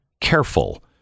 careful